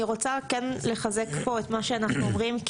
אני רוצה כן לחזק פה את מה שאנחנו אומרים.